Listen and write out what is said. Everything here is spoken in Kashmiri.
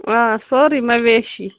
آ سورُے مَویشی